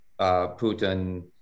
Putin